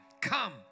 come